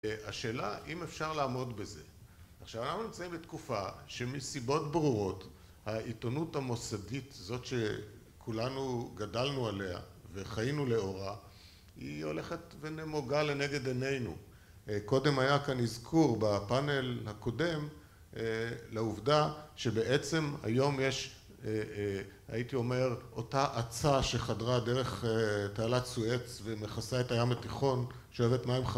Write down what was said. א.. השאלה, אם אפשר לעמוד בזה. עכשיו, אנחנו נמצאים בתקופה שמסיבות ברורות, העיתונות המוסדית, זאת שכולנו גדלנו עליה וחיינו לאורה, היא הולכת ונמוגה לנגד עינינו. קודם היה כאן איזכור בפאנל הקודם, א.. לעובדה שבעצם היום יש, א.. א.. הייתי אומר, אותה אצה שחדרה דרך תעלת סואץ ומכסה את הים התיכון, שאוהבת מים חמ...